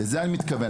לזה אני מתכוון,